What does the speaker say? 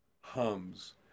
hums